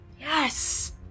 Yes